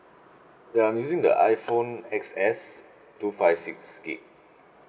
ya I'm using the iphone X S two five six gig